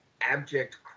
abject